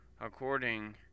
according